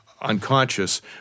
unconscious